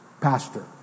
pastor